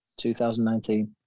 2019